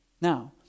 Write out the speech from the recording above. Now